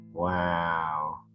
Wow